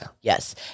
Yes